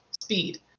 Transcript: speed